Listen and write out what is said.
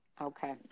Okay